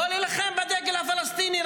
לא להילחם בדגל הפלסטיני,